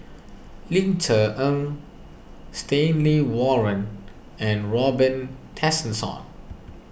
Ling Cher Eng Stanley Warren and Robin Tessensohn